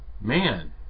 man